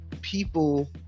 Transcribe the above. people